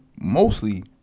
mostly